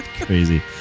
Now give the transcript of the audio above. Crazy